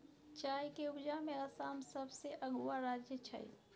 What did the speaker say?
चाय के उपजा में आसाम सबसे अगुआ राज्य छइ